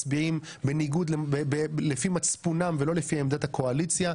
מצביעים לפי מצפונם ולא לפי עמדת הקואליציה,